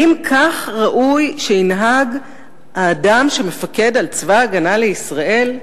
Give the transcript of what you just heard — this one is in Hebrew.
האם כך ראוי שינהג האדם שמפקד על צבא-הגנה לישראל?